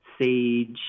sage